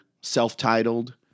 self-titled